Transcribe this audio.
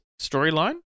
storyline